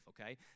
okay